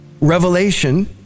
Revelation